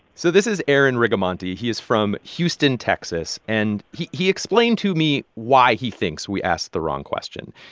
so this is aaron rigamonti. he is from houston, texas. and he he explained to me why he thinks we asked the wrong question,